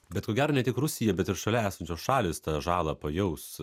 bet ko gero ne tik rusija bet ir šalia esančios šalys tą žalą pajaus